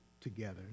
together